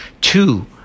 two